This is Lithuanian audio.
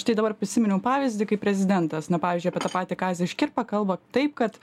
štai dabar prisiminiau pavyzdį kai prezidentas na pavyzdžiui apie tą patį kazį škirpą kalba taip kad